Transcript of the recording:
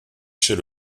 chez